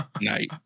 night